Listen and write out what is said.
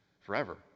forever